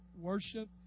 worship